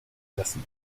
lassen